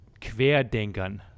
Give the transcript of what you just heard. Querdenkern